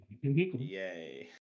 Yay